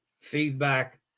feedback